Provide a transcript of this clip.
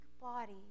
body